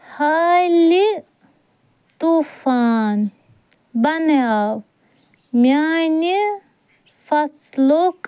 حالٕے طوٗفان بنیٛاو میٛانہِ فصلُک